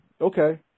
Okay